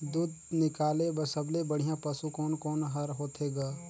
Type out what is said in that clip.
दूध निकाले बर सबले बढ़िया पशु कोन कोन हर होथे ग?